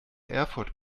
erfurt